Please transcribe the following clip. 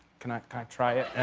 can i kind of try it?